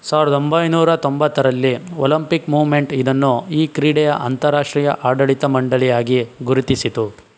ಸಾವ್ರ್ದ ಒಂಬೈನೂರ ತೊಂಬತ್ತರಲ್ಲಿ ಒಲಿಂಪಿಕ್ ಮೂಮೆಂಟ್ ಇದನ್ನು ಈ ಕ್ರೀಡೆಯ ಅಂತರಾಷ್ಟ್ರೀಯ ಆಡಳಿತ ಮಂಡಳಿಯಾಗಿ ಗುರುತಿಸಿತು